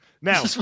Now